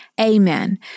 Amen